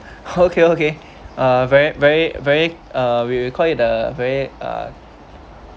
okay okay uh very very very uh we we call it the very uh